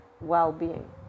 well-being